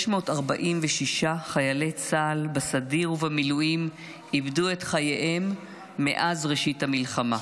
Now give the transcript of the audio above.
646 חיילי צה"ל בסדיר ובמילואים איבדו את חייהם מאז ראשית המלחמה.